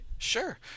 Sure